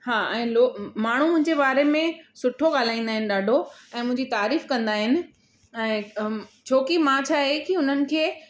हा ऐं लोग माण्हू मुंहिंजे बारे में सुठो ॻाल्हाईंदा आहिनि ॾाढो ऐं मुंहिंजी तारीफ़ कंदा आहिनि ऐं छोकी मां छा आहे की हुननि खे